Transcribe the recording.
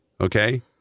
Okay